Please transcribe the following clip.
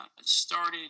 started